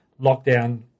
lockdown